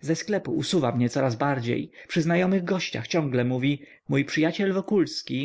ze sklepu usuwa mnie coraz bardziej przy znajomych gościach ciągle mówi mój przyjaciel wokulski